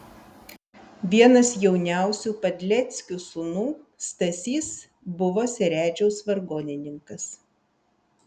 vienas jauniausių padleckių sūnų stasys buvo seredžiaus vargonininkas